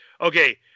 Okay